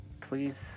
please